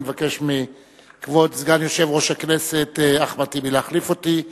אני מבקש מכבוד סגן יושב-ראש הכנסת אחמד טיבי להחליף אותי.